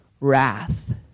wrath